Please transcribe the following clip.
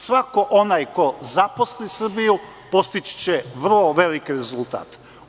Svako onaj ko zaposli Srbiju, postići će vrlo veliki rezultat.